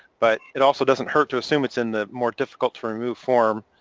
but it also doesn't hurt to assume it's in the more difficult to remove form,